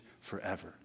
forever